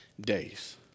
days